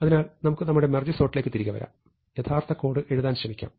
അതിനാൽ നമുക്ക് നമ്മുടെ മെർജ് സോർട്ടിലേക്ക് തിരികെ വരാം യഥാർത്ഥ കോഡ് എഴുതാൻ ശ്രമിക്കാം